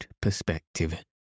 perspective